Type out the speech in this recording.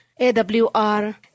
AWR